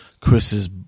chris's